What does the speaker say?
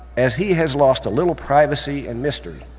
as he has lost a little privacy and mystery,